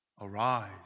Arise